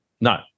No